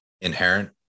inherent